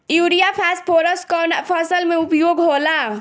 Urea phosphorus कवना फ़सल में उपयोग होला?